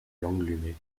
lenglumé